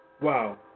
Wow